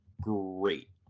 great